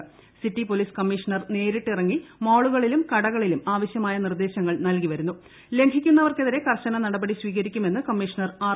city നിയന്ത്രണങ്ങൾ police commissioner നേരിട്ടിറങ്ങി മാളുകളിലും കടകളിലും ആവശ്യമായ നിർദ്ദേശങ്ങൾ ലംഘിക്കുന്നവർക്കെതിരെ കർശന നടപടി സ്വീകരിക്കുമെന്നും കമ്മീഷണർ ആർ